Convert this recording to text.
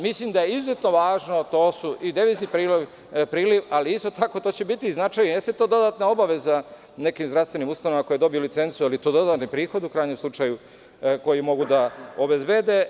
Mislim da je izuzetno važno, to je devizni priliv ali isto tako to će biti značaj, jeste to dodatna obaveza nekim zdravstvenim ustanovama koje dobiju licencu, ali je to dodatni prihod u krajnjem slučaju koji mogu da obezbede.